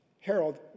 Harold